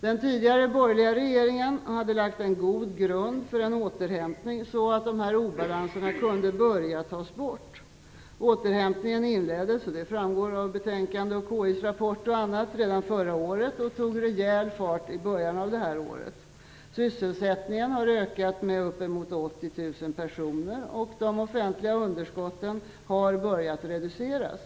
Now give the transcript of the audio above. Den tidigare borgerliga regeringen hade lagt en god grund för en återhämtning, så att de här obalanserna kunde börja tas bort. Återhämtningen inleddes, och det framgår bl.a. av betänkandet och KI:s rapport, redan förra året och tog rejäl fart i början av det här året. Sysselsättningen har ökat med uppemot 80 000 personer, och de offentliga underskotten har börjat reduceras.